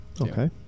Okay